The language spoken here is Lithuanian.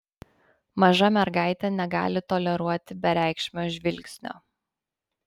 maža mergaitė negali toleruoti bereikšmio žvilgsnio